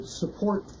support